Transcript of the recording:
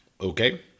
Okay